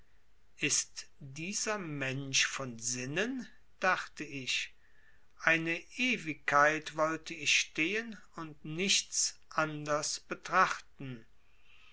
ist dieser mensch von sinnen dachte ich eine ewigkeit wollt ich stehen und nichts anders betrachten